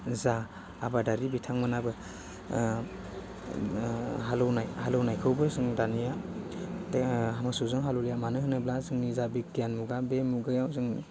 जा आबादारि बिथांमोनाबो हालौनाय हालौनायखौबो जों दानिया देआ मोसौजों हालेवलिया मानो होनोब्ला जोंनि जा बिगियान मुगा बे मुगायाव जों